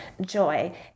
joy